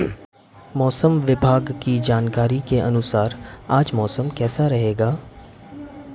मौसम विभाग की जानकारी के अनुसार आज मौसम कैसा रहेगा?